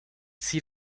see